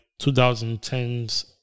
2010s